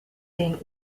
den